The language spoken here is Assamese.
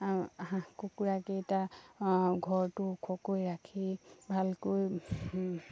হাঁহ কুকুৰাকেইটা ঘৰটো ওখকৈ ৰাখি ভালকৈ